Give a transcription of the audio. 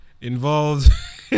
involves